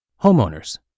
Homeowners